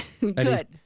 good